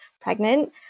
pregnant